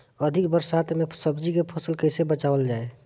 अधिक बरसात में सब्जी के फसल कैसे बचावल जाय?